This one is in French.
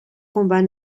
combat